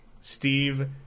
Steve